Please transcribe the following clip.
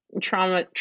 trauma